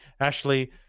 Ashley